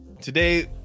Today